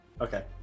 Okay